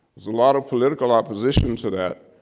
was a lot of political opposition to that,